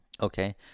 okay